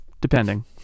depending